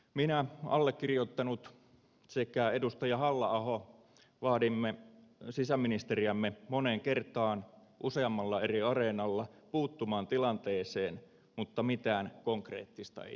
minä allekirjoittanut sekä edustaja halla aho vaadimme sisäministeriämme moneen kertaan useammalla eri areenalla puuttumaan tilanteeseen mutta mitään konkreettista ei tapahtunut